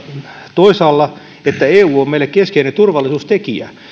toisaalla että eu on meille keskeinen turvallisuustekijä